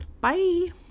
Bye